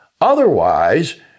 Otherwise